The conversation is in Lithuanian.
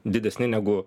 didesni negu